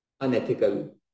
unethical